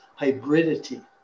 hybridity